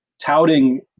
touting